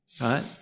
right